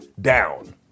down